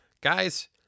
guys